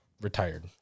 retired